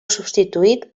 substituït